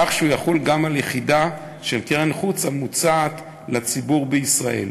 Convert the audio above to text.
כך שהוא יחול גם על יחידה של קרן חוץ המוצעת לציבור בישראל.